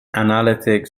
analytic